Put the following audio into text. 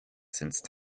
since